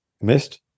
missed